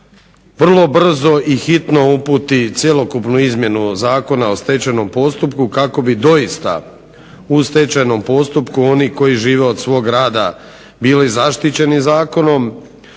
vrlo brzo i hitno uputi cjelokupnu izmjenu Zakona o stečajnom postupku kako bi doista u stečajnom postupku oni koji žive od svog rada bili zaštićeni zakonom